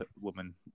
woman